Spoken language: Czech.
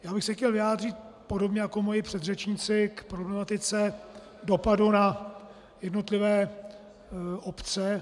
Já bych se chtěl vyjádřit podobně jako moji předřečníci k problematice dopadu na jednotlivé obce.